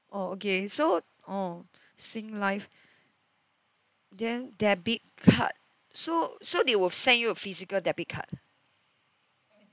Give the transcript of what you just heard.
oh okay so oh Singlife then debit card so so they will send you a physical debit card